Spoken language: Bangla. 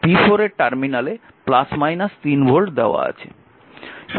p4 এর টার্মিনালে 3 ভোল্ট দেওয়া আছে